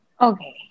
Okay